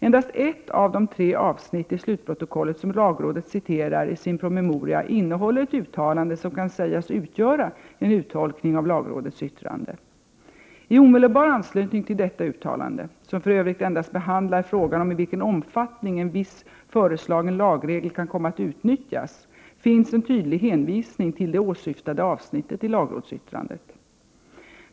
Endast ett av de tre avsnitt i slutprotokollet som lagrådet citerar i sin promemoria innehåller ett uttalande som kan sägas utgöra en uttolkning av lagrådets yttrande. I omedelbar anslutning till detta uttalande — som för övrigt endast behandlar frågan om i vilken omfattning en viss föreslagen lagregel kan komma att utnyttjas — finns en tydlig hänvisning till det åsyftade avsnittet i lagrådsyttrandet.